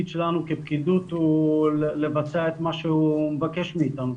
שלנו כפקידות הוא לבצע את מה שהוא מבקש מאיתנו.